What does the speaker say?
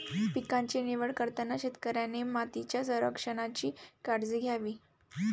पिकांची निवड करताना शेतकऱ्याने मातीच्या संरक्षणाची काळजी घ्यावी